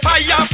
Fire